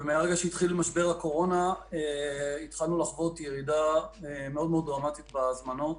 מרגע שהתחיל משבר הקורונה התחלנו לחוות ירידה מאוד-מאוד דרמטית בהזמנות.